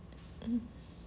mm